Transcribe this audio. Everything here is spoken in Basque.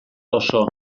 oso